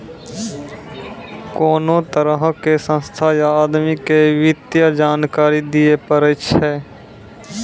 कोनो तरहो के संस्था या आदमी के वित्तीय जानकारी दियै पड़ै छै